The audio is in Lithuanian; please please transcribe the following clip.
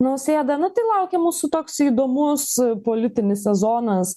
nausėda nu tai laukia mūsų toks įdomus politinis sezonas